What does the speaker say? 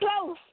close